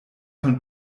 von